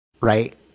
Right